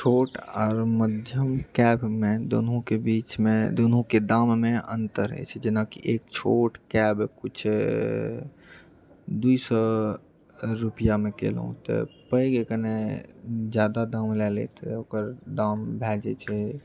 छोट आ मध्यम कैबमे दुनूके बिचमे दुनूके दाममे अन्तर होइत छै जेनाकि एक छोट कैब किछु दुइ सए रुपआमे केलहुँ तऽ पैघ कनि जादा दाम लए लेत तऽ ओकर दाम भए जाइत छै